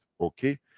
Okay